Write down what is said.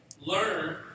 Learn